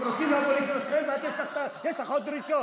הם רוצים לבוא לקראתכם, ואת, יש לך עוד דרישות.